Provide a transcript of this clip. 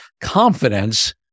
confidence